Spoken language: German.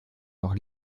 noch